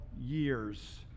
years